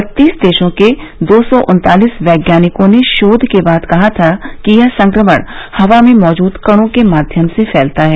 बत्तीस देशों के दो सौ उन्तालीस वैज्ञानिकों ने शोध के बाद कहा था कि यह संक्रमण हवा में मौजूद कणों के माध्यम से फैलता है